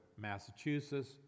Massachusetts